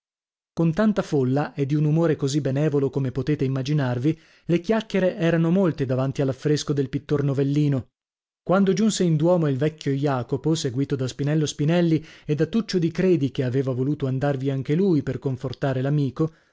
con tanta folla e di un umore così benevolo come potete immaginarvi le chiacchiere erano molte davanti all'affresco del pittor novellino quando giunse in duomo il vecchio jacopo seguito da spinello spinelli e da tuccio di credi che aveva voluto andarvi anche lui per confortare l'amico